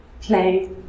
play